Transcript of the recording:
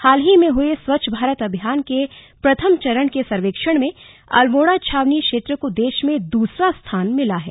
हाल ही में हए स्वच्छ भारत अभियान के प्रथम चरण के सर्वेक्षण में अल्मोड़ा छावनी क्षेत्र को देश में दूसरा स्थान मिला है